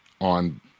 on